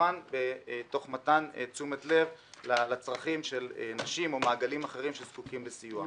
כמובן תוך מתן תשומת לב לצרכים של נשים או מעגלים אחרים שזקוקים לסיוע.